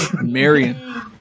Marion